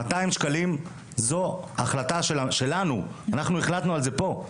200 ש"ח זו החלטה שלנו, אנחנו החלטנו על זה פה.